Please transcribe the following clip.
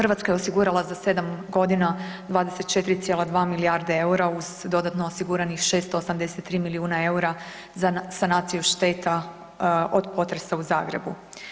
Hrvatska je osigurala za 7.g. 24,2 milijarde EUR-a uz dodatno osiguranih 683 milijuna EUR-a za sanaciju šteta od potresa u Zagrebu.